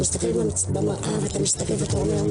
אחד הסימנים להתמכרות הוא חוסר יכולת להפסיק להמר